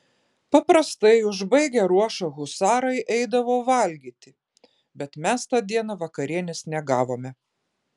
paprastai užbaigę ruošą husarai eidavo valgyti bet mes tą dieną vakarienės negavome